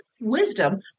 wisdom